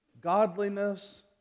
godliness